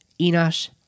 Enosh